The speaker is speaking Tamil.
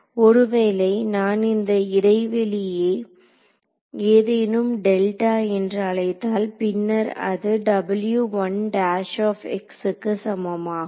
ஒருவேளை நான் இந்த இடைவெளியை ஏதேனும் டெல்டா என்று அழைத்தால் பின்னர் அது க்கு சமமாகும்